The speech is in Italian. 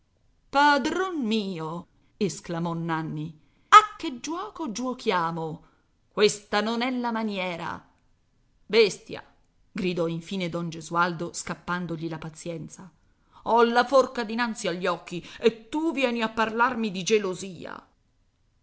padron mio esclamò nanni a che giuoco giuochiamo questa non è la maniera bestia gridò infine don gesualdo scappandogli la pazienza ho la forca dinanzi agli occhi e tu vieni a parlarmi di gelosia